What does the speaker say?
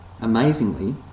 amazingly